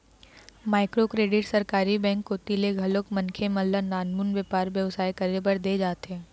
micro credit सरकारी bank कोती ले घलोक मनखे मन ल नानमुन बेपार बेवसाय करे बर देय जाथे